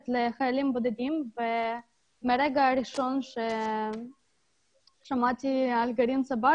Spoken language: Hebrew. לחיילים בודדים ומהרגע הראשון ששמעתי על גרעין "צבר",